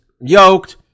yoked